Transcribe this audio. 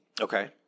Okay